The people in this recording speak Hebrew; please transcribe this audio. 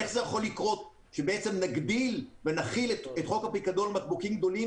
איך זה יכול לקרות שנגביל ונחיל את חוק הפיקדון על בקבוקים גדולים